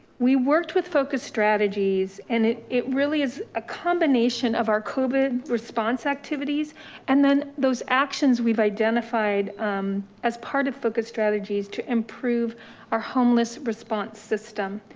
we worked with focused strategies and it it really is a combination of our covid response activities and then those actions we've identified as part of focus strategies to improve our homeless response system.